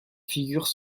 figure